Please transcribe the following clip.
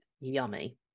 yummy